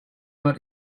but